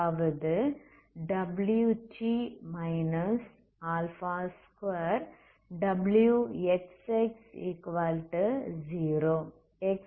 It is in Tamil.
அதாவது wt 2wxx0 x∈B